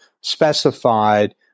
specified